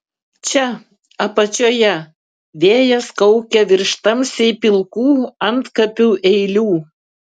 čia apačioje vėjas kaukia virš tamsiai pilkų antkapių eilių